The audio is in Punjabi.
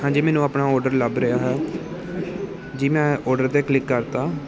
ਹਾਂਜੀ ਮੈਨੂੰ ਆਪਣਾ ਅੋਰਡਰ ਲੱਭ ਰਿਹਾ ਹੈ ਜੀ ਮੈਂ ਅੋਰਡਰ 'ਤੇ ਕਲਿੱਕ ਕਰ ਤਾ